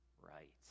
right